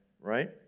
right